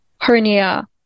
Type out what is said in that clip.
hernia